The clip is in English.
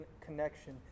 connection